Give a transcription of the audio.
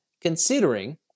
considering